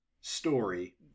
story